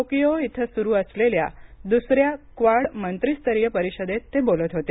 Tokyo इथं स्रू असलेल्या द्रसऱ्या क्वाड मंत्रीस्तरीय परिषदेत ते बोलत होते